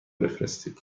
بفرستید